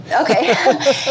Okay